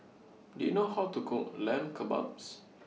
Do YOU know How to Cook Lamb Kebabs